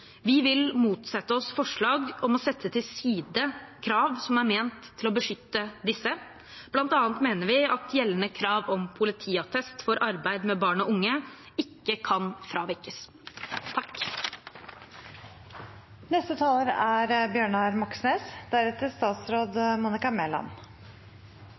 Vi vil motsette oss forslag om å sette til side krav som er ment å beskytte disse. Blant annet mener vi at gjeldende krav om politiattest for arbeid med barn og unge ikke kan fravikes.